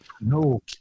No